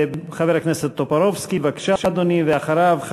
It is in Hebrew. חבר הכנסת טופורובסקי, בבקשה, אדוני, ואחריו,